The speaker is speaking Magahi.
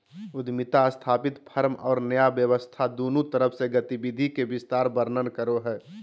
उद्यमिता स्थापित फर्म और नया व्यवसाय दुन्नु तरफ से गतिविधि के विस्तार वर्णन करो हइ